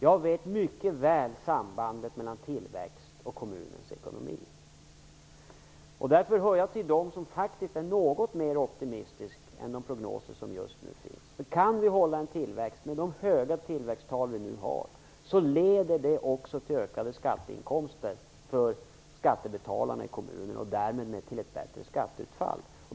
Jag känner mycket väl till sambandet mellan tillväxt och kommunens ekonomi. Därför hör jag till dem som faktiskt är något mer optimistiska än de prognoser som finns just nu. Om vi kan hålla en tillväxt, med de höga tillväxttal vi nu har, leder det också till ökade skatteinkomster för skattebetalarna i kommunerna, och därmed till ett bättre skatteutfall.